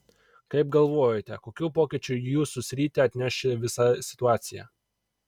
kaip galvojate kokių pokyčių į jūsų sritį atneš ši visa situacija